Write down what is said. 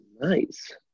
Nice